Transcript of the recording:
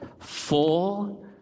full